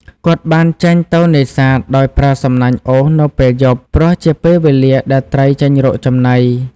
គាត់បានចេញទៅនេសាទដោយប្រើសំណាញ់អូសនៅពេលយប់ ព្រោះជាពេលវេលាដែលត្រីចេញរកចំណី។